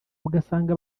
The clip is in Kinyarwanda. ugasanga